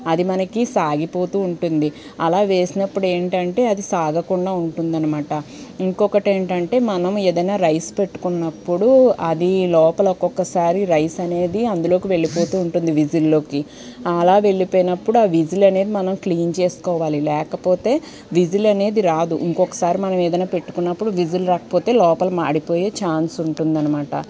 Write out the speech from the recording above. అది మనకి సాగిపోతూ ఉంటుంది అలా వేసినప్పుడు ఏంటంటే అది సాగకుండా ఉంటుందన్నమాట ఇంకొకటి ఏంటంటే మనం ఏదైనా రైస్ పెట్టుకున్నప్పుడు అది లోపల ఒక్కొక్కసారి రైస్ అనేది అందులోకి వెళ్ళిపోతూ ఉంటుంది విజిల్లోకి అలా వెళ్లిపోయినప్పుడు ఆ విజిల్ అనేది మనం క్లీన్ చేసుకోవాలి లేకపోతే విజిల్ అనేది రాదు ఇంకొకసారి మనం ఏదైనా పెట్టుకున్నప్పుడు విజిల్ రాకపోతే లోపల మాడిపోయే ఛాన్స్ ఉంటుందన్నమాట